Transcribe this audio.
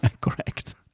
Correct